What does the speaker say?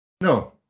No